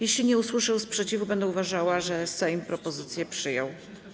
Jeśli nie usłyszę sprzeciwu, będę uważała, że Sejm propozycję przyjął.